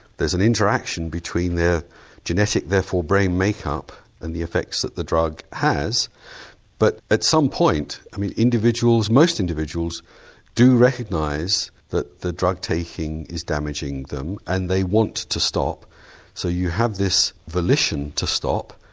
there's an interaction between their genetic therefore brain makeup and the effects that the drug has but at some point individuals, most individuals do recognise that the drug taking is damaging them and they want to stop so you have this volition to stop.